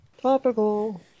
Topical